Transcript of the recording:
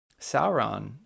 Sauron